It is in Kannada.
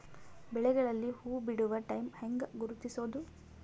ಬೆಳೆಗಳಲ್ಲಿ ಹೂಬಿಡುವ ಟೈಮ್ ಹೆಂಗ ಗುರುತಿಸೋದ?